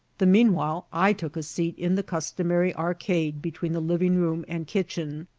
the meanwhile, i took a seat in the customary arcade between the living room and kitchen,